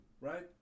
Right